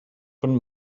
von